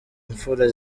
imfura